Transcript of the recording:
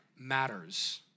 matters